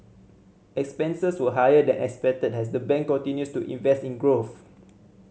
expenses were higher than expected as the bank continues to invest in growth